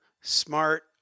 smart